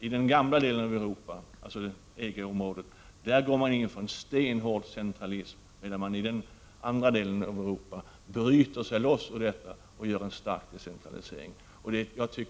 I den gamla delen av Europa, alltså inom EG-området, går man in för stenhård centralism medan man i den andra delen av Europa bryter sig loss ur detta och genomför en stark decentralisering.